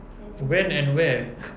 when and where